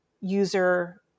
user